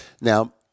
Now